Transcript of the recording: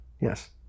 Yes